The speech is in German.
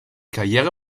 karriere